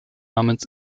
namens